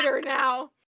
now